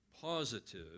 positive